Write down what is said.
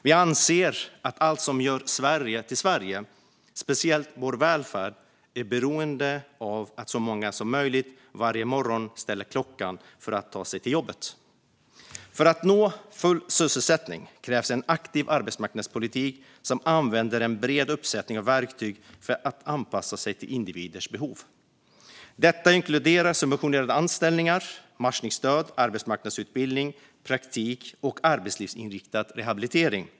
Vi anser att allt som gör Sverige till Sverige, speciellt vår välfärd, är beroende av att så många som möjligt varje morgon ställer klockan för att ta sig till jobbet. För att nå full sysselsättning krävs en aktiv arbetsmarknadspolitik som använder en bred uppsättning av verktyg för att anpassa sig till individers behov. Detta inkluderar subventionerade anställningar, matchningsstöd, arbetsmarknadsutbildning, praktik och arbetslivsinriktad rehabilitering.